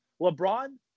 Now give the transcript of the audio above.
LeBron